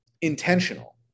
intentional